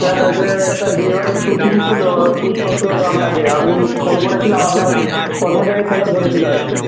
sir ওই যে একটা বিয়েবাড়ির শ্যুটিং ছিল শ্যুট করতে হত আপনাকে আমি ফোন করেছিলাম আপনার কর্মচারী ফোনটা ধরেছিল আর কি